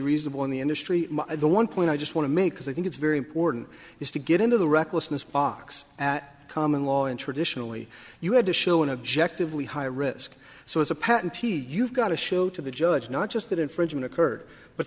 reasonable in the industry and the one point i just want to make because i think it's very important is to get into the recklessness box at common law and traditionally you had to show an objectively high risk so as a patentee you've got to show to the judge not just that infringement occurred but